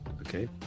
okay